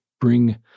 bring